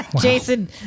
Jason